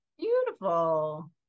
Beautiful